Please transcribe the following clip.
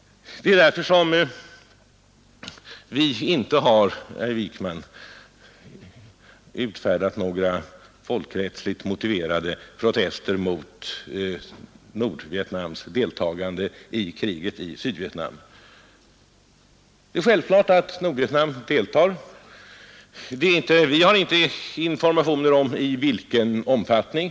Det är därför, herr Wijkman, som vi inte har utfärdat några folkrättsligt motiverade protester mot Nordvietnams deltagande i kriget i Sydvietnam. Det är självklart att Nordvietnam deltar, men vi har inte fått informationer om omfattningen av detta stöd.